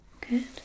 Good